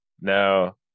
No